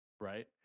right